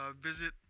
visit